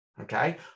Okay